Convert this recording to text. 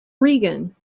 regan